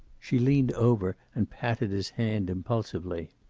she leaned over and patted his hand impulsively.